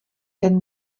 ten